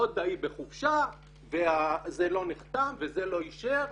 עוד ההיא בחופשה, זה לא נחתם וזה לא אישר.